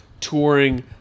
touring